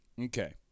Okay